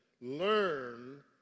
learn